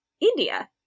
india